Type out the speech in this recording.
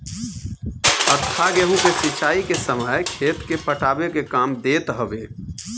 हत्था गेंहू के सिंचाई के समय खेत के पटावे के काम देत हवे